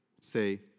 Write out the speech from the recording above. say